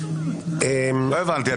לא הבנתי,